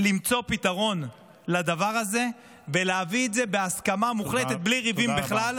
למצוא פתרון לדבר הזה ולהביא את זה בהסכמה מוחלטת בלי ריבים בכלל,